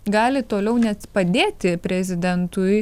gali toliau net padėti prezidentui